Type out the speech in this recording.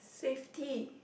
safety